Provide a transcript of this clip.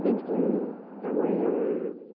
banking କାମରେ ଆମ